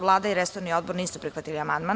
Vlada i resorni odbor nisu prihvatili amandman.